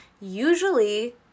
Usually